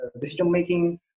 decision-making